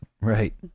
right